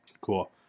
Cool